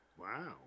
Wow